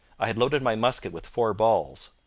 i had loaded my musket with four balls.